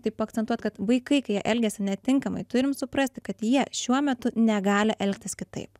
taip akcentuot kad vaikai kai jie elgiasi netinkamai turim suprasti kad jie šiuo metu negali elgtis kitaip